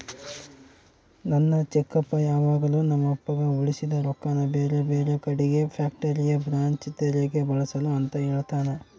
ನನ್ನ ಚಿಕ್ಕಪ್ಪ ಯಾವಾಗಲು ನಮ್ಮಪ್ಪಗ ಉಳಿಸಿದ ರೊಕ್ಕನ ಬೇರೆಬೇರೆ ಕಡಿಗೆ ಫ್ಯಾಕ್ಟರಿಯ ಬ್ರಾಂಚ್ ತೆರೆಕ ಬಳಸು ಅಂತ ಹೇಳ್ತಾನಾ